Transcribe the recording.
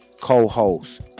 co-host